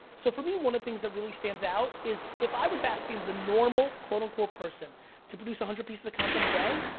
so for me, one of the things that really stands out is if i was asking the normal, quote unquote, person to produce one hundred pieces of content a day,